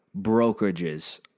brokerages